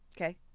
Okay